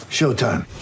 Showtime